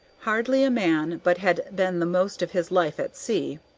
hardly a man but had been the most of his life at sea.